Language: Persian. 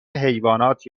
حیوانات